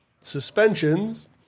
suspensions